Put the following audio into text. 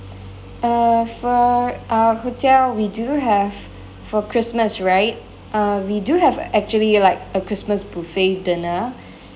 uh for our hotel we do have for christmas right uh we do have actually like a christmas buffet dinner